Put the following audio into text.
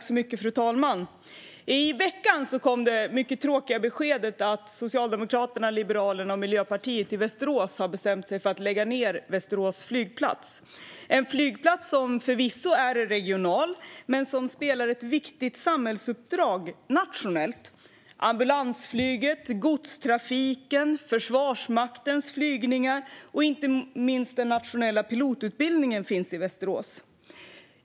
Fru talman! I veckan kom det mycket tråkiga beskedet att Socialdemokraterna, Liberalerna och Miljöpartiet i Västerås har bestämt sig för att lägga ned Västerås flygplats. Detta är en flygplats som förvisso är regional men som har ett viktigt samhällsuppdrag nationellt. Det handlar om ambulansflyget, om godstrafiken och om Försvarsmaktens flygningar. Inte minst finns den nationella pilotutbildningen i Västerås.